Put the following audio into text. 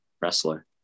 wrestler